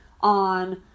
on